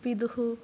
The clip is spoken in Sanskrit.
पितुः